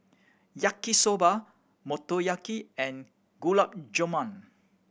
Yaki Soba Motoyaki and Gulab Jamun